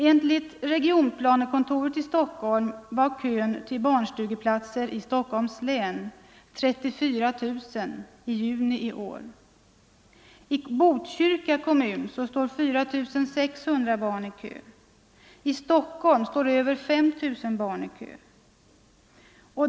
Enligt regionplanekontoret i Stockholm stod 34 000 barn i kö till barnstugeplatser i Stockholms län i juni detta år. I Botkyrka kommun står 4 600 barn i kö. I Stockholm står över 5 000 barn i kö.